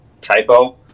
typo